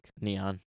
Neon